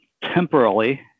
temporarily